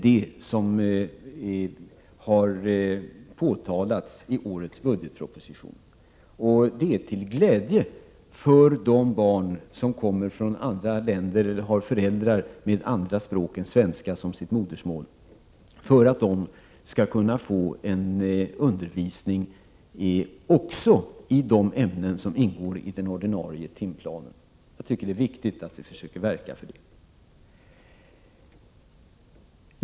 Det här har påpekats i årets budgetproposition. Det är till glädje för de barn som kommer från andra länder eller som har föräldrar som har ett annat språk än svenska som modersmål. Det gäller ju att dessa barn skall kunna få undervisning också i de ämnen som ingår i den ordinarie timplanen. Jag tycker att det är viktigt att vi försöker verka för det.